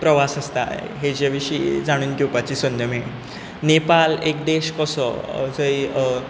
प्रवास आसतां हाजें विशीं जाणून घेवपाची संद मेळ्ळी नेपाल एक देश कसो जंय